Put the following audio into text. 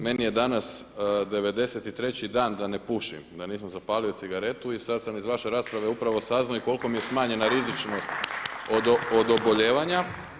Meni je danas 93 dan da ne pušim, da nisam zapalio cigaretu i sad sam iz vaše rasprave saznao i koliko mi je smanjena rizičnost od obolijevanja.